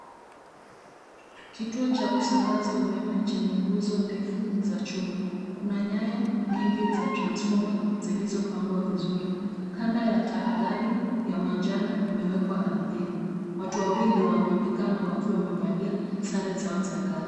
Kituo cha kusambaza umeme chenye nguzo ndefu cha chuma, kuna nyaya nyingi za transforma zilizopangwa vizuri. Kando ya tahadhari cha manjano imewekwa ardhini. Watu wawili wanaonekana wakiwa wamevalia sare zao za kazi.